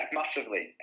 massively